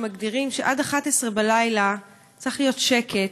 שמגדירים שאחרי 23:00 צריך להיות שקט,